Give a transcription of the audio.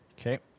Okay